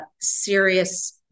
serious